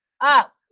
up